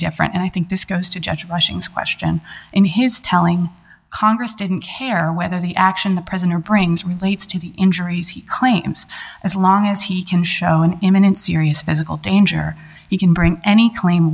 different and i think this goes to judge washings question in his telling congress didn't care whether the action the president brings relates to the injuries he claims as long as he can show an imminent serious physical danger you can bring any cl